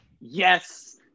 yes